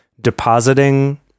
depositing